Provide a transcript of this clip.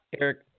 Eric